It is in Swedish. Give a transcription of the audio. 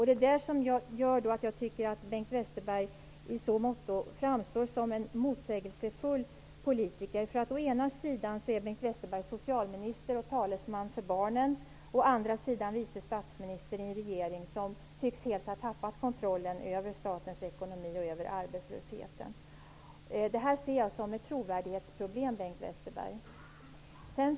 Det är detta som gör att jag tycker att Bengt Westerberg i så motto framstår som en motsägelsefull politiker. Å ena sidan är Bengt Westerberg socialminister och talesman för barnen och å andra sidan är han vice statsminister i en regering som helt tycks ha tappat kontrollen över statens ekonomi och arbetslösheten. Detta ser jag som ett trovärdighetsproblem, Bengt Westerberg.